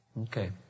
Okay